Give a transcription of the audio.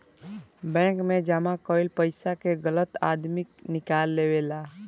bank मे जमा कईल पइसा के गलत आदमी निकाल लेवेला